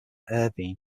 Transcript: irvine